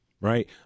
Right